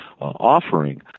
offering